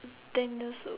ten years